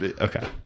okay